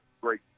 great